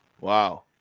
Wow